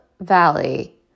Valley